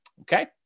Okay